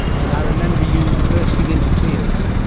and i remember you bursting into tears.